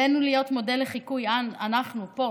עלינו להיות מודל לחיקוי, אנחנו, פה.